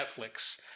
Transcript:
Netflix